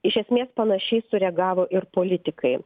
iš esmės panašiai sureagavo ir politikai